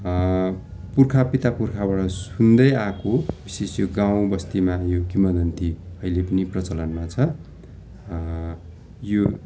पुर्खा पिता पुर्खाबाट सुन्दै आएको विशेष यो गाउँ बस्तीमा यो किंवदन्ती अहिले पनि प्रचलनमा छ यो